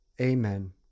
Amen